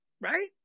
right